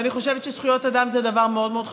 ואני חושבת שזכויות אדם זה דבר מאוד מאוד חשוב.